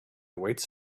awaits